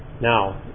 Now